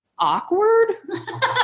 Awkward